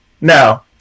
No